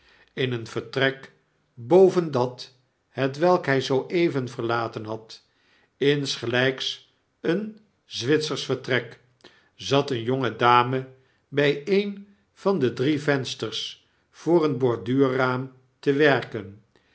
in een vertrek boven dat hetwelk hij zoo even verlaten had insgelijks een zwitsersch vertrek zat eene jonge dame bij een van de drie vensters voor een borduurraam te werken